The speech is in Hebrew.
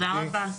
תודה רבה.